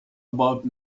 about